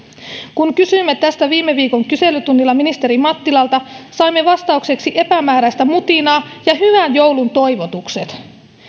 kun kysyimme tästä viime viikon kyselytunnilla ministeri mattilalta saimme vastaukseksi epämääräistä mutinaa ja hyvän joulun toivotukset